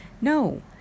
No